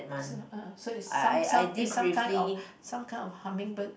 so uh so is some some is some kind of some kind of hummingbird